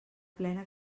plena